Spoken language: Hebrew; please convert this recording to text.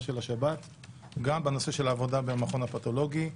של השבת גם בנושא של העבודה במכון הפתולוגי,